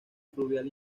fluvial